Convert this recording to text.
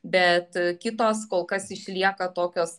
bet kitos kol kas išlieka tokios